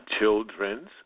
children's